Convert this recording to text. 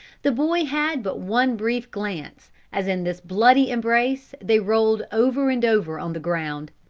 the boy had but one brief glance, as in this bloody embrace they rolled over and over on the ground.